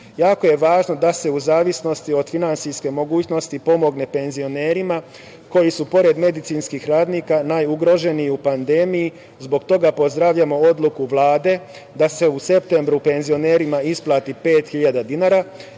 Jako je važno da se u zavisnosti od finansijske mogućnosti pomogne penzionerima koji su pored medicinskih radnika najugroženiji u pandemiji. Zbog toga pozdravljamo odluku Vlade da se u septembru penzionerima isplati 5.000 dinara